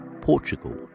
Portugal